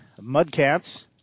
Mudcats